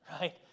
right